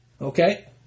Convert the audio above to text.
Okay